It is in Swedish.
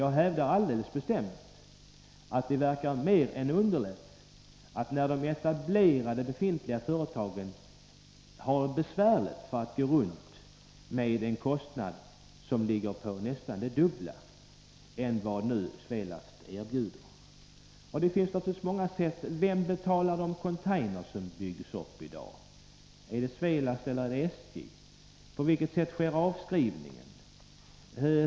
Jag hävdar ändå bestämt att det verkar mer än underligt när de etablerade befintliga företagen har det besvärligt att få det att gå ihop med priser som ligger på nästan det dubbla jämfört med vad Svelast erbjuder. Vem betalar de containrar som byggs upp i dag — är det Svelast eller SJ? På vilket sätt sker avskrivningen?